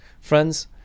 Friends